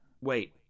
Wait